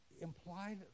implied